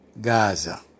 Gaza